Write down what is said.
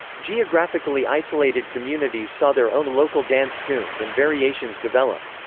geographically isolated communities saw their own local dance tunes and variations develop.